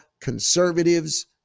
conservatives